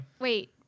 Wait